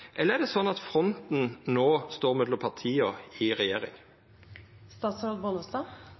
eller er det sånn at fronten no står mellom partia i